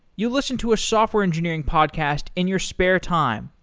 you listen to a software engineering podcast in your spare time,